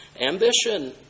ambition